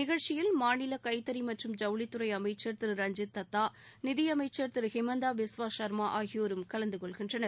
நிகழ்ச்சியில் மாநில கைத்தறி மற்றும் ஜவுளித்துறை அமைச்சர் திரு ரஞ்ஜித் தத்தா நிதியமைச்சர் திரு ஹிமந்தா பிஸ்வா சர்மா ஆகியோரும் கலந்துகொள்கின்றனர்